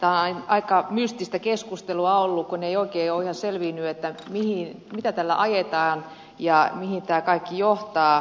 täällä on aika mystistä keskustelua ollut kun ei oikein ole selvinnyt mitä tällä ajetaan ja mihin tämä kaikki johtaa